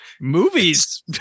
Movies